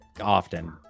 often